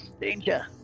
Danger